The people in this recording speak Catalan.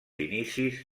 inicis